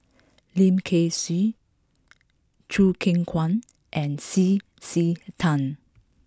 Lim Kay Siu Choo Keng Kwang and C C Tan